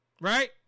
Right